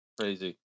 crazy